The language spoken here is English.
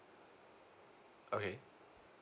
okay